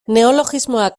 neologismoak